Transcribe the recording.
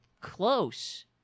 close